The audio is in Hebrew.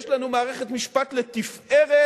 יש לנו מערכת משפט לתפארת,